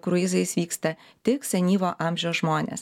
kruizais vyksta tik senyvo amžiaus žmonės